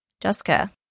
Jessica